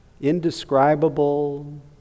indescribable